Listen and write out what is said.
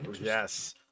Yes